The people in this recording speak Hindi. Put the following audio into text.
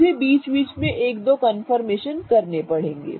मुझे बीच बीच में एक दो कन्फर्मेशन करने हैं